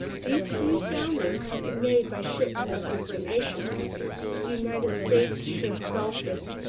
deep-sea soundings have been made by ships of different nations the united states ship dolphin,